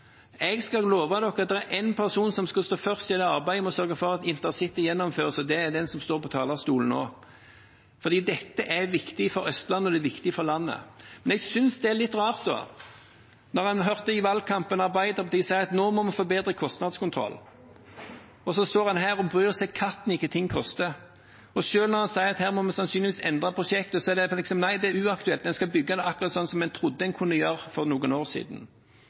Jeg skal love at det er én person som skal stå først i arbeidet med å sørge for at InterCity gjennomføres, og det er han som står på talerstolen nå. For dette er viktig for Østlandet, og det er viktig for landet. Jeg synes det er litt rart at en – når en hørte Arbeiderpartiet si i valgkampen at en nå måtte få bedre kostnadskontroll – står her og bryr seg katten om hva ting koster. Og selv når vi sier at her må vi sannsynligvis endre prosjektet, er det uaktuelt, en skal bygge det akkurat slik en trodde en kunne gjøre det for noen år siden.